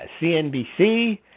CNBC